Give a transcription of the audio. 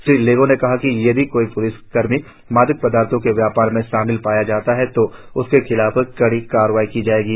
श्री लेगो ने कहा कि यदि कोई भी प्लिस कर्मी मादक पदार्थों के व्यापार में शमिल पाया जाता है तो उसके खिलाफ कड़ी कार्रवाई की जाएगी